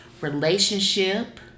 relationship